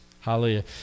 hallelujah